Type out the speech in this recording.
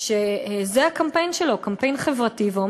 שזה הקמפיין שלו, קמפיין חברתי, ואומר: